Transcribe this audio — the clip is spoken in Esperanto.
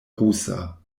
rusa